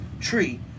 tree